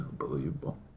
Unbelievable